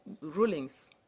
rulings